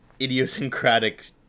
idiosyncratic